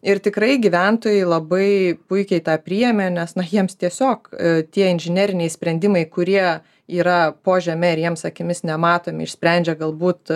ir tikrai gyventojai labai puikiai tą priėmė nes jiems tiesiog tie inžineriniai sprendimai kurie yra po žeme ir jiems akimis nematomi išsprendžia galbūt